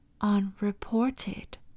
unreported